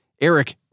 Eric